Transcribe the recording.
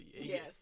Yes